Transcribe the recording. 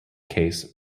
case